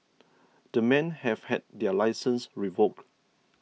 the men have had their licences revoked